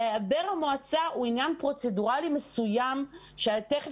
היעדר המועצה הוא עניין פרוצדוראלי מסוים שתכף